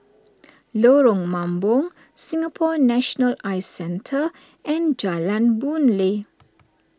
Lorong Mambong Singapore National Eye Centre and Jalan Boon Lay